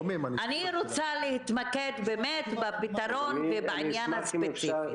אני רוצה להתמקד בפתרון ובעניין הספציפי.